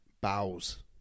bows